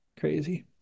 crazy